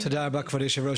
תודה רבה כבוד היו"ר.